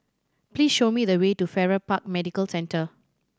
please show me the way to Farrer Park Medical Centre